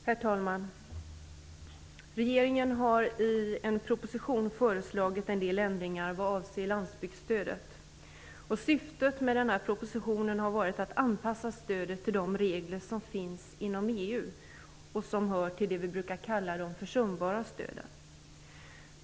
Herr talman! Regeringen har i en proposition föreslagit en del förändringar vad avser landsbygdsstödet. Syftet med propositionen har varit att anpassa stödet till de regler som finns inom EU i fråga om det som vi brukar kalla de försumbara stöden.